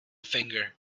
finger